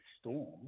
Storm